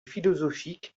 philosophiques